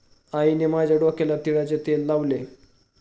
आईने माझ्या डोक्याला तिळाचे तेल लावले